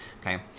okay